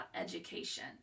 education